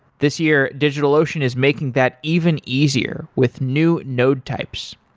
this year, digitalocean is making that even easier with new node types.